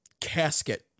casket